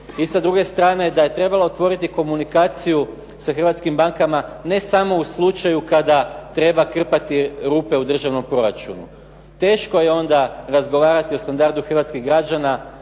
I sa druge strane, da je trebala utvrditi komunikaciju sa hrvatskim bankama, ne samo u slučaju kada treba krpati rupe u državnom proračunu. Teško je onda razgovarati o standardu hrvatskih građana